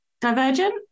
Divergent